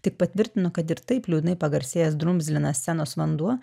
tik patvirtino kad ir taip liūdnai pagarsėjęs drumzlinas senos vanduo